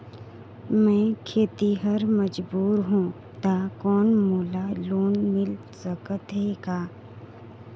मैं खेतिहर मजदूर हों ता कौन मोला लोन मिल सकत हे का?